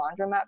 laundromat